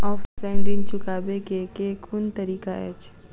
Offline ऋण चुकाबै केँ केँ कुन तरीका अछि?